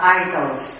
idols